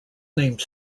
name